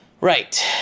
Right